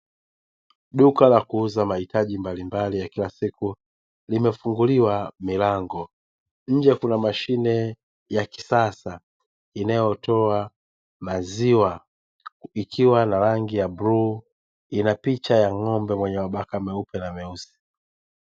Duka la kuuza mahitaji mbalimbali ya kila siku limefunguliwa milango, nje kuna mashine ya kisasa inayotoa maziwa ikiwa na rangi ya bluu, ina picha ya ng'ombe mwenye mabaka meupe na meusi.